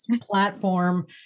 platform